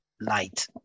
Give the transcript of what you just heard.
light